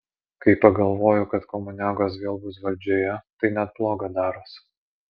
kai pagalvoju kad komuniagos vėl bus valdžioje tai net bloga daros